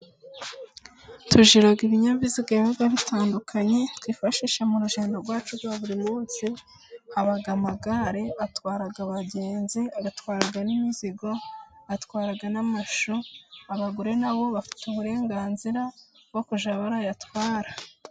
Tugira ibinyabiziga biba bitandukanye twifashisha mu rugendo rwacu rwa buri munsi, haba amagare atwara abagenzi, agatwarwa n'imizigo, atwara n'amashu, abagore na bo bafite uburenganzira bwo kujya bayatwara.